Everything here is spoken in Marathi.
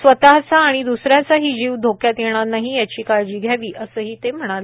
स्वतचा आणि द्सऱ्याचाही जीव धोक्यात येणार नाही याची काळजी घ्यावी अस ही ते म्हणाले